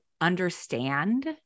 understand